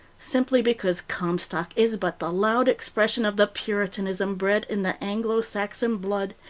simply because comstock is but the loud expression of the puritanism bred in the anglo-saxon blood,